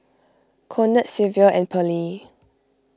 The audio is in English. Conard Silvia and Pearle